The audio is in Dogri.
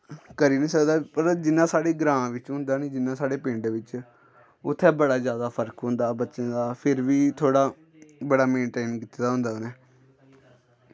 करी निं सकदा पर जि'यां साढ़े ग्रांऽ बिच्च होंदा नी जि'यां साढ़े पिंड बिच्च उत्थै बड़ा जैदा फर्क होंदा बच्चें दा फिर बी थोह्ड़ा बड़ा मेन्टेन कीते दा होंदा उ'नै